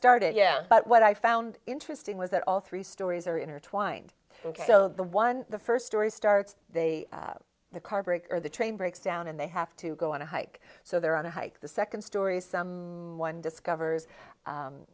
started yeah but what i found interesting was that all three stories are intertwined ok so the one the first story starts they have the car break or the train breaks down and they have to go on a hike so they're on a hike the second story someone discovers